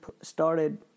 started